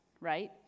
right